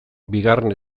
bigarren